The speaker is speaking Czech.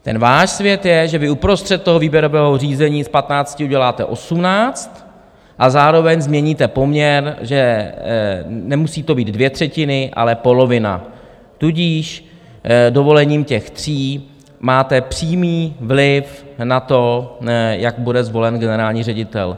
Ten váš svět je, že vy uprostřed toho výběrového řízení z 15 uděláte 18 a zároveň změníte poměr, že to nemusí být dvě třetiny, ale polovina, tudíž dovolením těch tří máte přímý vliv na to, jak bude zvolen generální ředitel.